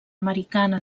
americana